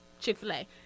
Chick-fil-A